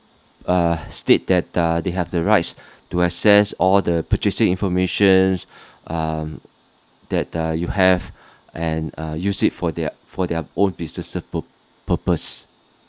uh state that the they have the rights to access all the purchasing informations um that uh you have and use it for their for their own businesses pur~ purpose